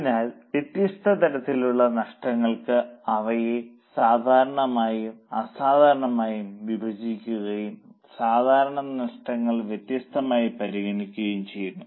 അതിനാൽ വ്യത്യസ്ത തരത്തിലുള്ള നഷ്ടങ്ങൾക്ക് അവയെ സാധാരണമായും അസാധാരണമായും വിഭജിക്കുകയും സാധാരണ നഷ്ടങ്ങൾ വ്യത്യസ്തമായി പരിഗണിക്കുകയും ചെയ്യുന്നു